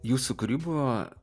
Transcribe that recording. jūsų kūryba